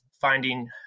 finding